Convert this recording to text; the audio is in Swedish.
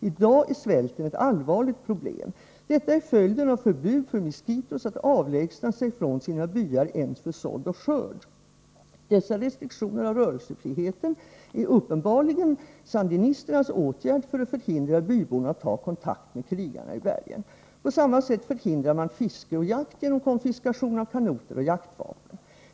Idag är svälten ett allvarligt problem. Detta är följden av ett förbud för miskitus att avlägsna sig från sina byar ens för sådd och skörd. Dessa restriktioner av rörelsefriheten är uppenbarligen sandinisternas åtgärd för att förhindra byborna att ta kontakt med krigarna i bergen. På samma sätt förhindrar man fiske och jakt genom konfiskation av kanoter och jaktvapen.